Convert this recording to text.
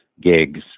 gigs